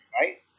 right